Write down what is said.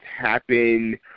happen